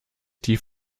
tief